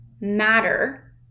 matter